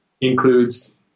includes